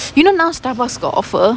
you know now Starbucks got offer